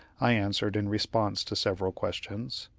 i answered, in response to several questions.